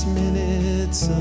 minutes